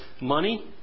money